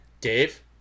Dave